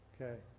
Okay